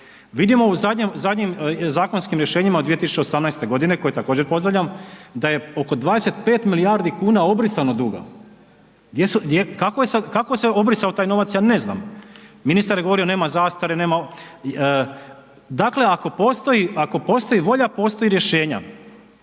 Vidimo u zadnjim zakonskim rješenjima od 2018. godine, koje također pozdravljam, da je oko 25 milijardi kuna obrisano duga. Kako se obrisao taj novac, ja ne znam. Ministar je govorio nema zastare, nema… dakle, ako postoji volja, postoje i rješenja.